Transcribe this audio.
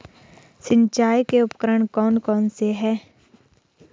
सिंचाई के उपकरण कौन कौन से हैं?